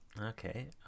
okay